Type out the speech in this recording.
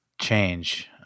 change